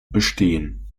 bestehen